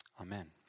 Amen